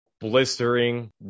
blistering